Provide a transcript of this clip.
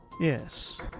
Yes